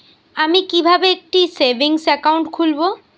আমি কিভাবে একটি সেভিংস অ্যাকাউন্ট খুলব?